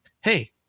hey